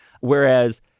Whereas